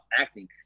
acting